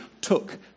took